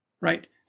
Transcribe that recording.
right